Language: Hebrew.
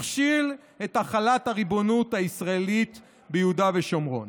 הכשיל את החלת הריבונות הישראלית ביהודה ושומרון.